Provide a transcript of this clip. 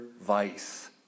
vice